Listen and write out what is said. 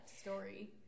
story